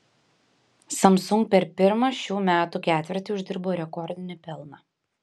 samsung per pirmą šių metų ketvirtį uždirbo rekordinį pelną